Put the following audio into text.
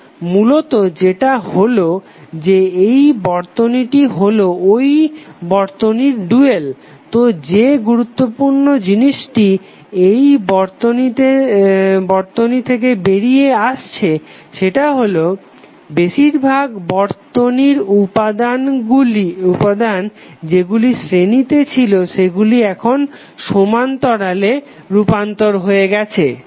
তো মূলত যেটা হলো যে এই বর্তনীটি হলো ঐ বর্তনীর ডুয়াল তো যে গুরুত্বপূর্ণ জিনিসটি এই বর্তনী থেকে বেরিয়ে আসছে সেটা হলো যে বেশিরভাগ বর্তনীর উপাদান যেগুলো শ্রেণীতে ছিল সেগুলি এখন সমান্তরালে রূপান্তর হয়ে গেছে